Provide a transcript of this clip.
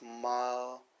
smile